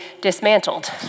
dismantled